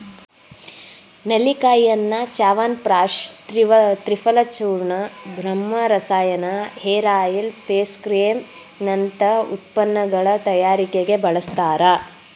ನೆಲ್ಲಿಕಾಯಿಯನ್ನ ಚ್ಯವನಪ್ರಾಶ ತ್ರಿಫಲಚೂರ್ಣ, ಬ್ರಹ್ಮರಸಾಯನ, hair oil, face cream ನಂತ ಉತ್ಪನ್ನಗಳ ತಯಾರಿಕೆಗೆ ಬಳಸ್ತಾರ